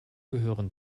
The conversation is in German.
gehören